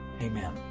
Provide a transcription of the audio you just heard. Amen